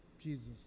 Jesus